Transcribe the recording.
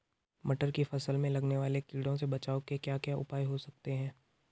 मटर की फसल में लगने वाले कीड़ों से बचाव के क्या क्या उपाय हो सकते हैं?